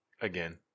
again